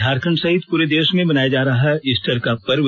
झारखंड सहित पूरे देश में मनाया जा रहा है ईस्टर का पर्व